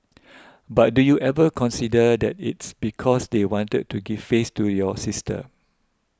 but do you ever consider that it's because they wanted to give face to your sister